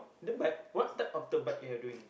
the bite what type of the bite you're doing